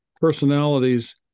personalities